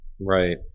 right